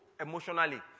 emotionally